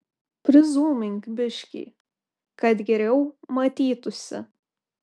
prizūmink biškį kad geriau matytųsi